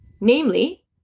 namely